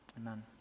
amen